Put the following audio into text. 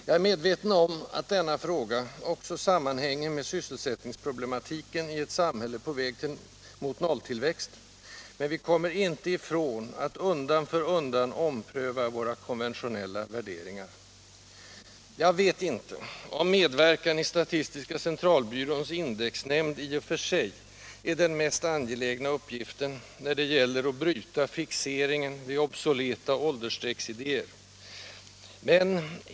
Jag är medveten om att denna fråga också sammanhänger med sysselsättningsproblematiken i ett samhälle på väg mot nolltillväxt, men vi kommer inte ifrån att undan för undan ompröva våra konventionella värderingar. Jag vet inte om medverkan i statistiska centralbyråns indexnämnd i och för sig är den mest angelägna uppgiften när det gäller att bryta fixeringen vid obsoleta åldersstrecksidéer.